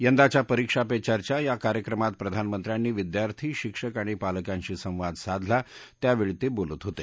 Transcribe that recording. यंदाच्या परीक्षा पे चर्चा या कार्यक्रमात प्रधानमंत्र्यांनी विद्यार्थी शिक्षक आणि पालकांशी संवाद साधला त्यावेळी ते बोलत होते